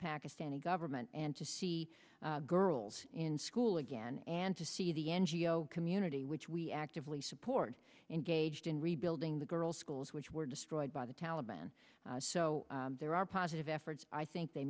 pakistani government and to see girls in school again and to see the ngo community which we actively support engaged in rebuilding the girls schools which were destroyed by the taliban so there are positive efforts i think they